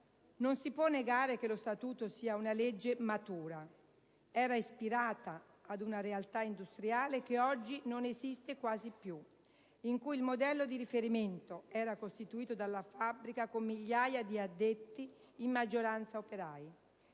Non si può negare che lo Statuto sia una legge "matura". Era ispirata ad una realtà industriale che oggi non esiste quasi più, in cui il modello di riferimento era costituito dalla fabbrica con migliaia di addetti, in maggioranza operai.